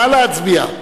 נא להצביע.